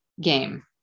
game